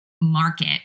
market